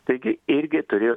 taigi irgi turėjo